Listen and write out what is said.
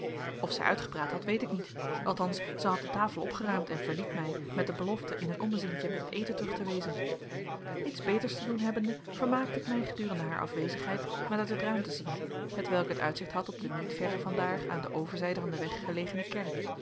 of zij uitgepraat had weet ik niet althans zij had de tafel opgeruimd en verliet mij met de belofte in een ommezientje met het eten terug te wezen niets beters te doen hebbende vermaakte ik mij gedurende haar afwezigheid met uit het raam te zien hetwelk het uitzicht had op de niet verre van daar aan de overzijde van den weg gelegene kerk